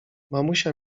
mamusia